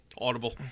audible